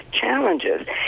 challenges